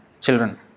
children